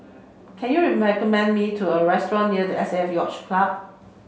can you me to a restaurant near the S A F Yacht Club